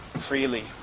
freely